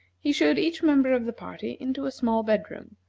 he showed each member of the party into a small bedroom,